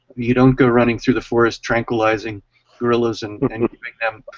you don't go running through the forest tranquilizing gorillas and giving them